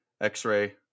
X-Ray